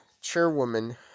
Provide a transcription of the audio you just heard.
Chairwoman